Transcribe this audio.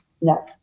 no